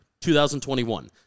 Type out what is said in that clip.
2021